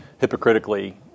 hypocritically